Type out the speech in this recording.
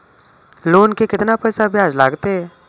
Loan के केतना पैसा ब्याज लागते?